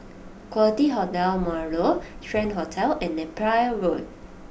Quality Hotel Marlow Strand Hotel and Napier Road